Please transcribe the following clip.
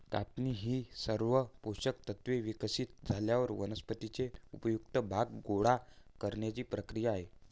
कापणी ही सर्व पोषक तत्त्वे विकसित झाल्यावर वनस्पतीचे उपयुक्त भाग गोळा करण्याची क्रिया आहे